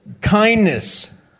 kindness